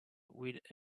with